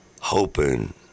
Hoping